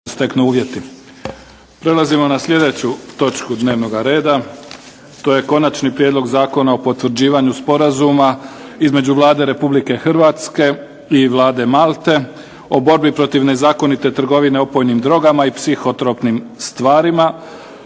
Prelazimo na sljedeću točku dnevnoga reda. To je - Konačni prijedlog Zakona o potvrđivanju Sporazuma između Vlade Republike Hrvatske i Vlade Malte o borbi protiv nezakonite trgovine opojnim drogama i psihotropnim tvarima,